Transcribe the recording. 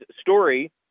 story